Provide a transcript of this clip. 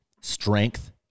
strength